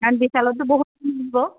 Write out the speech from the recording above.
কাৰণ বিশালতো বহুত লাগিব